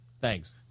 Thanks